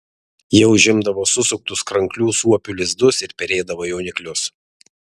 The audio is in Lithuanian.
jie užimdavo susuktus kranklių suopių lizdus ir perėdavo jauniklius